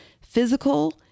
physical